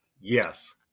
Yes